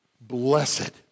Blessed